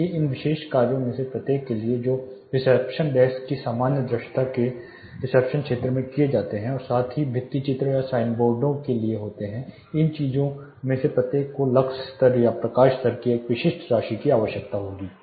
इसलिए इन विशेष कार्यों में से प्रत्येक के लिए जो रिसेप्शन डेस्क की सामान्य दृश्यता के रिसेप्शन क्षेत्र में किए जाते हैं और साथ ही भित्ति चित्र या साइनबोर्ड को के लिए होते हैं इन चीजों में से प्रत्येक को लक्स स्तर या प्रकाश स्तर की एक विशिष्ट राशि की आवश्यकता होगी